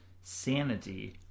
Sanity